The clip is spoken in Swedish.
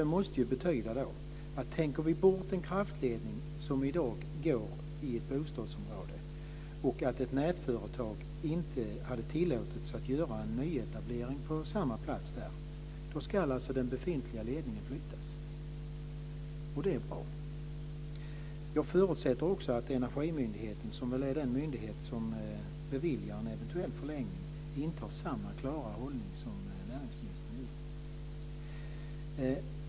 Det måste betyda att om en kraftledning i dag går genom ett bostadsområde och ett nätföretag inte hade tillåtits göra en nyetablering på samma plats, då ska den befintliga ledningen flyttas. Det är bra. Jag förutsätter att Energimyndigheten, som väl är den myndighet som beviljar en eventuell förlängning, intar samma klara hållning som näringsministern.